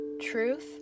Truth